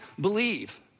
believe